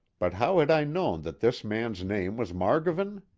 but how had i known that this man's name was margovan?